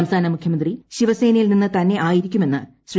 സംസ്ഥാന മുഖ്യമന്ത്രി ശിവ്സേനയിൽ നിന്ന് തന്നെ ആയിരിക്കുമെന്ന് ശ്രീ